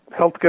healthcare